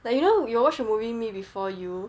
like you know you got watch the movie me before you